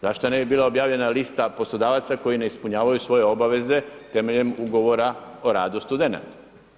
Zašto ne bi bila objavljena lista poslodavaca koji ne ispunjavaju svoje obaveze temeljem ugovora o radu studenata?